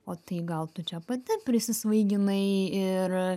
o tai gal tu čia pati prisisvaiginai ir